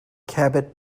cabot